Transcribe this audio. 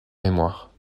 mémoire